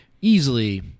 easily